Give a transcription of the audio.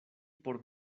por